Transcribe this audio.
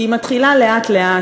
היא מתחילה לאט-לאט,